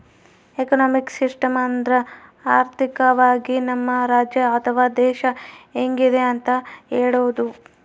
economic system ಅಂದ್ರ ಆರ್ಥಿಕವಾಗಿ ನಮ್ ರಾಜ್ಯ ಅಥವಾ ದೇಶ ಹೆಂಗಿದೆ ಅಂತ ಹೇಳೋದು